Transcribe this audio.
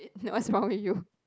what's wrong with you